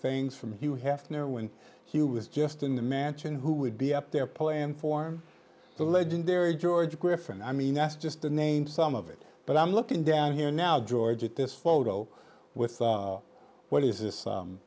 things from hugh hefner when he was just in the mansion who would be up there playing for the legendary george quiff and i mean that's just to name some of it but i'm looking down here now george at this photo with what is this